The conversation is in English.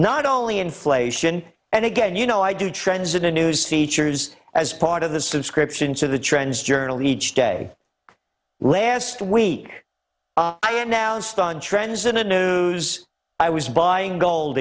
not only inflation and again you know i do trends in the news features as part of the subscription to the trends journal each day last week i am now stunned trends in a news i was buying gold